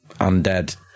undead